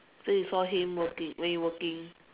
so you saw him working when you working